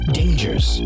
dangers